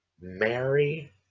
Mary